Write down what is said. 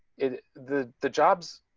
it the the jobs.